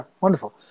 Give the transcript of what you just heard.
wonderful